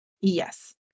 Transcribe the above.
Yes